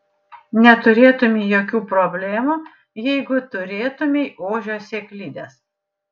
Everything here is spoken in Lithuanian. neturėtumei jokių problemų jeigu turėtumei ožio sėklides